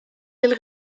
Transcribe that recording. del